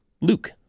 Luke